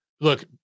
Look